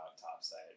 topside